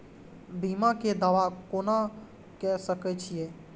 बीमा के दावा कोना के सके छिऐ?